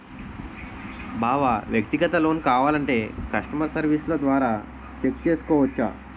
బావా వ్యక్తిగత లోన్ కావాలంటే కష్టమర్ సెర్వీస్ల ద్వారా చెక్ చేసుకోవచ్చు